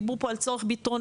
דיברו פה על צורך ביטחוני,